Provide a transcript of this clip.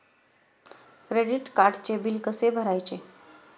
Credit कार्डचे bill कसे भरायचे?